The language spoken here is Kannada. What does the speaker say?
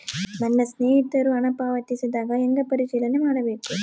ನನ್ನ ಸ್ನೇಹಿತರು ಹಣ ಪಾವತಿಸಿದಾಗ ಹೆಂಗ ಪರಿಶೇಲನೆ ಮಾಡಬೇಕು?